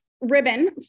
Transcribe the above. ribbon